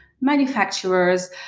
manufacturers